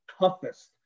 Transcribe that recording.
toughest